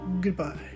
goodbye